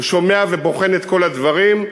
הוא שומע ובוחן את כל הדברים.